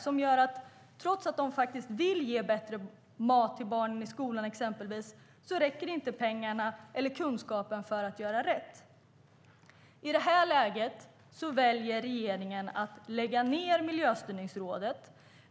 Det gör att trots att de vill ge exempelvis bättre mat till barnen i skolan räcker inte pengarna eller kunskapen för att göra rätt. I det läget väljer regeringen att lägga ned Miljöstyrningsrådet.